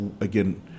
again